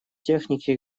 техники